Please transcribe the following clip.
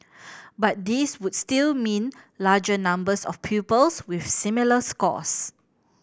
but these would still mean larger numbers of pupils with similar scores